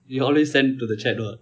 you always send to the chat what